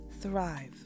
thrive